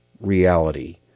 reality